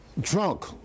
drunk